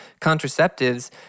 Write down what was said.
contraceptives